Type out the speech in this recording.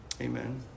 Amen